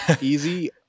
easy